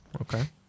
Okay